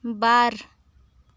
ᱵᱟᱨ